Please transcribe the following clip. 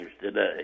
today